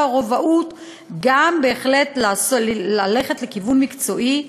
הרובאות ללכת בהחלט גם לכיוון מקצועי.